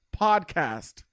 podcast